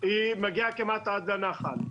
היא מגיעה כמעט עד הנחל.